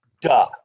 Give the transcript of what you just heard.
Duh